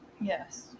Yes